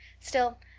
still,